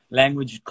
language